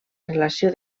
relació